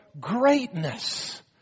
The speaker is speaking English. greatness